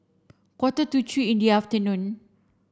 quarter to three in the afternoon